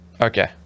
Okay